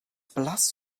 blass